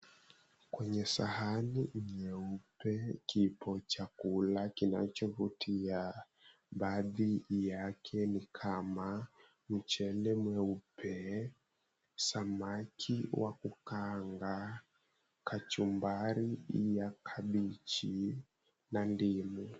Kwenye sahani jeupe kipo chakula kinachovutia. Baadhi yake ni kama, mchele mweupe, samaki wa kukaanga, kachumbari ya kabeji na ndimu.